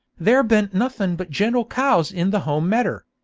there ben't nothing but gentle cows in the home medder.